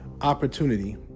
opportunity